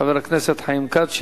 חבר הכנסת חיים כץ,